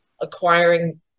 acquiring